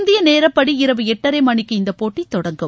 இந்திய நேரப்படி இரவு எட்டரை மணிக்கு இந்தப்போட்டி தொடங்கும்